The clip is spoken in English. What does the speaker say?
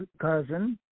cousin